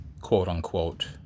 quote-unquote